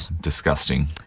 Disgusting